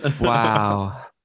Wow